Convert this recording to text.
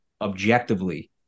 objectively